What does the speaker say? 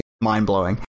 mind-blowing